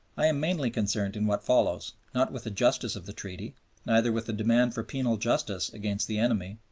i am mainly concerned in what follows, not with the justice of the treaty neither with the demand for penal justice against the enemy,